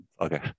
Okay